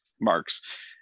marks